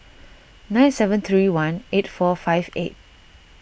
nine seven three one eight four five eight